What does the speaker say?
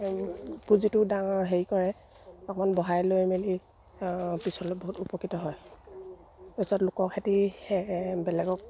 পুঁজিটো ডাঙৰ হেৰি কৰে অকমান বহাই লৈ মেলি পিছত বহুত উপকৃত হয় তাৰ পিছত লোকৰ বেলেগক